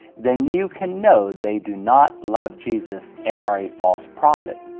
then you can know they do not love jesus and are a false prophet.